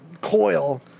coil